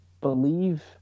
believe